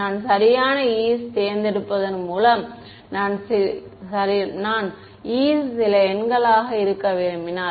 நான் சரியான e's தேர்ந்தெடுப்பதன் மூலம் நான் e's சில எண்களாக இருக்க விரும்பினால்